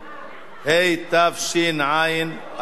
התש"ע 2009,